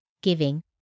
giving